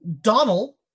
Donald